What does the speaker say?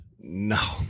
No